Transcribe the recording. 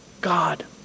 God